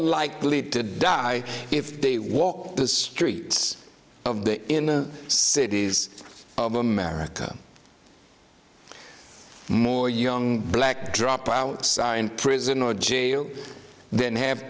likely to die if they walk the streets of the inner cities of america more young black dropouts are in prison or jail then ha